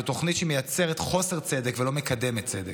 זה תוכנית שמייצרת חוסר צדק ולא מקדמת צדק.